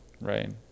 Right